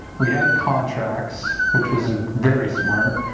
we had contracts which was ah very smart